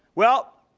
well,